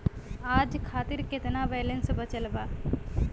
आज खातिर केतना बैलैंस बचल बा?